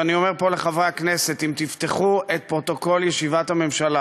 ואני אומר פה לחברי הכנסת: אם תפתחו את פרוטוקול ישיבת הממשלה